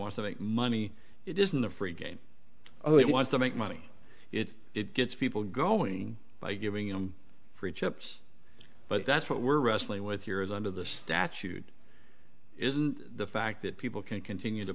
want to make money it isn't a free game oh it wants to make money it it gets people growing by giving him free chips but that's what we're wrestling with years under the statute is the fact that people can continue to